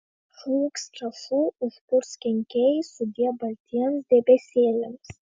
trūks trąšų užpuls kenkėjai sudie baltiems debesėliams